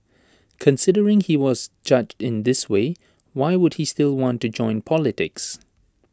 considering he was judged in this way why would he still want to join politics